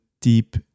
deep